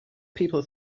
people